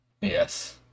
yes